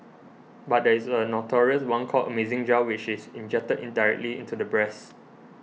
but there is a notorious one called Amazing Gel which is injected directly into the breasts